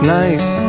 nice